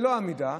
ללא עמידה,